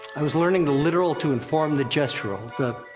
i was learning the literal to inform the gestural, the.